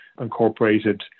incorporated